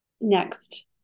next